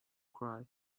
cry